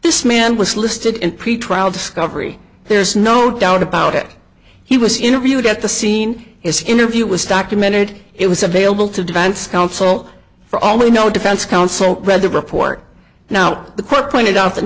this man was listed in pretrial discovery there's no doubt about it he was interviewed at the scene his interview was documented it was available to defense counsel for all we know defense counsel read the report now the court pointed out that